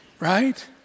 Right